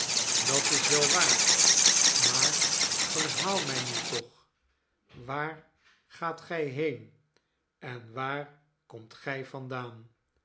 dat is wel waar maar verhaal my nu toch waar gaat gij heen en waarkomtgy vandaan